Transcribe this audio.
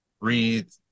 breathe